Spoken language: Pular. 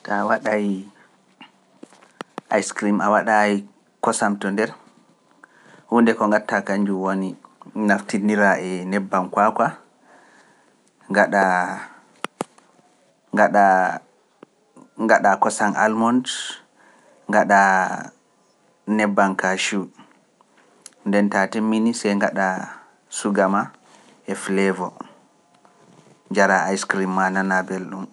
ta waɗai ice cream a waɗa e kosam to nder hunde ko ngatta kanjun woni naftinira e nebbam kwakwa ngaɗa kosam almond ngaɗa nebbam nden ta timmini se ngaɗa suuga ma e flevo njara ice cream ma nana belɗum